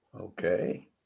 okay